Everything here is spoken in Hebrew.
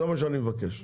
זה מה שאני מבקש.